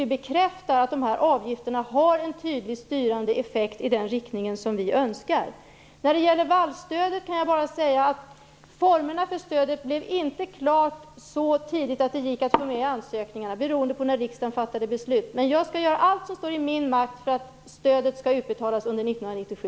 Det bekräftar ju att avgifterna har en tydlig styrande effekt i den riktning som vi önskar. När det gäller vallstödet kan jag säga att formerna för stödet inte blev klart så tidigt att det gick att få med i ansökningarna. Det beror på när riksdagen fattade beslut. Jag skall göra allt som står i min makt för att stödet skall utbetalas under 1997.